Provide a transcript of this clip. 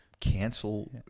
cancel